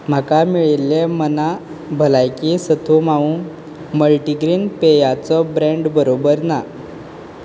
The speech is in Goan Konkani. म्हाका मेळिल्ले मना भलायकी सथू मांव मल्टीग्रेन पेयाचो ब्रँड बरोबर ना